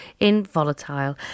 Involatile